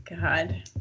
God